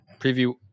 Preview